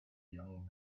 young